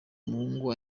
umuhungu